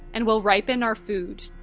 and will ripen our food.